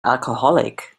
alcoholic